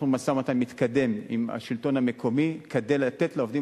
אנחנו במשא-ומתן מתקדם עם השלטון המקומי כדי לתת לעובדים